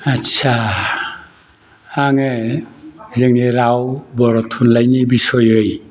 आदसा आङो जोंनि राव बर' थुनलाइनि बिसइयै